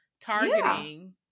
targeting